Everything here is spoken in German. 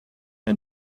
ein